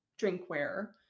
drinkware